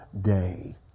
day